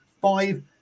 Five